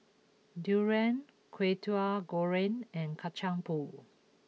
Durian Kwetiau Goreng and Kacang Pool